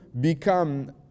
become